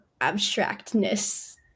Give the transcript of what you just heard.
abstractness